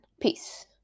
peace